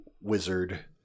wizard